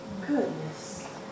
Goodness